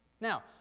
Now